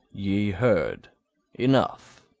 ye heard enough.